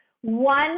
One